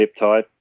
peptide